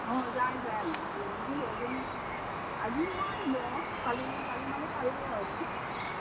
অঁ যায় যায় আজি নোৱাৰিব কালি কালি মান পাৰিব আৰু